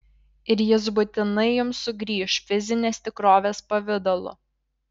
ir jis būtinai jums sugrįš fizinės tikrovės pavidalu